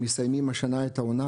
מסיימים השנה את העונה,